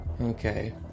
Okay